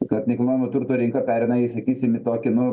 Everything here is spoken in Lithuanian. kad nekilnojamo turto rinka pereina į sakysim į tokį nu